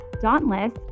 Dauntless